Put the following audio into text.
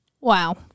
Wow